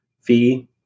fee